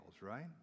right